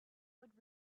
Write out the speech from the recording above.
would